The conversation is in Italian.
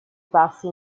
passi